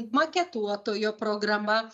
maketuotojo programa